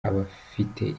abafite